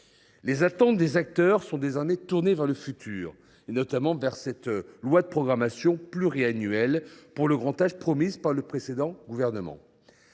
Les attentes des acteurs sont désormais tournées vers la future loi de programmation pluriannuelle pour le grand âge promise par le précédent gouvernement.